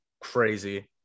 crazy